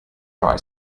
try